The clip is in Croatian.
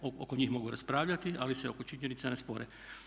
Oko njih mogu raspravljati ali se oko činjenica ne spore.